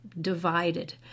divided